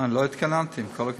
לא התכוננתי, עם כל הכבוד.